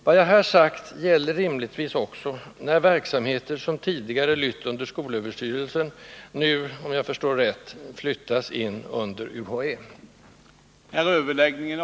Vad jag här sagt gäller rimligtvis också när verksamheter som tidigare lytt under skolöverstyrelsen nu — om jag förstår rätt — flyttas in under universitetsoch högskoleämbetet.